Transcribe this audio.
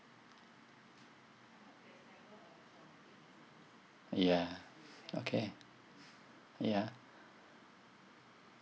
ya okay ya